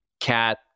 Cat